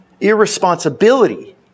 irresponsibility